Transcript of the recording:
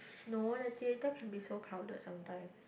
no one the theatre can be so crowded sometimes